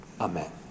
Amen